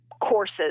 courses